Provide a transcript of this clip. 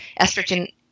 estrogen